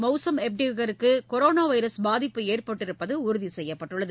மவுசம் எப்டேகருக்கு corona virus பாதிப்பு ஏற்பட்டிருப்பது உறுதி செய்யப்பட்டுள்ளது